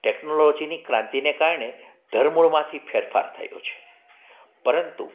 ટેકનોલોજીની ક્રાંતિને કારણે ધરમૂળમાંથી ફેરફાર થયો છે પરંતુ